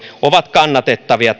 ovat kannatettavia